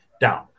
down